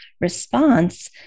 response